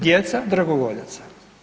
Djeca dragovoljac.